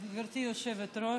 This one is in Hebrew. גברתי היושבת-ראש,